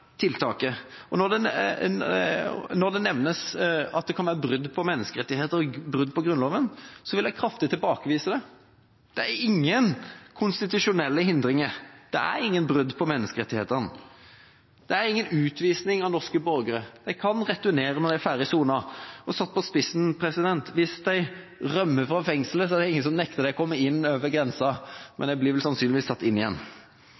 at når en fjerner personer som ikke har den samme tilknytninga, kan andre komme nærmere. Det betyr at jeg kan fullt ut forsvare det tiltaket. Det nevnes at det kan være brudd på menneskerettighetene og brudd på Grunnloven. Jeg vil kraftig tilbakevise det. Det er ingen konstitusjonelle hindringer, det er ingen brudd på menneskerettighetene. Det er ingen utvisning av norske borgere, de kan returnere når de er ferdig sonet. Satt på spissen: Hvis de rømmer fra fengselet, er det ingen som nekter dem å komme inn over grensa, men de blir